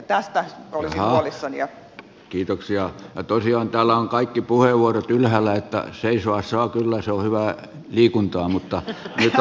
tästä olisi lisääviä kiitoksia ja toisiaan täällä on kaikki puheenvuorot ylhäällä että ryhmä saa kyllä se on hyvää liikuntaa olisin huolissani